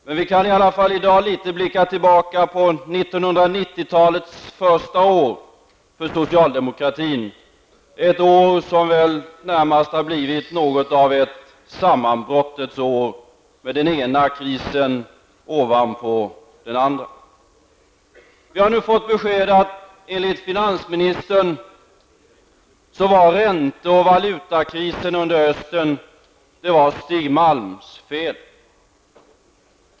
Men vi kan i alla fall blicka tillbaka till 1990-talets första år för socialdemokratin, ett år som närmast blivit något av ett sammanbrottets år med den ena krisen ovanpå den andra. Vi har nu fått besked om att ränte och valutakrisen under hösten enligt finansminsistern var Stig Malms fel.